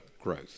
growth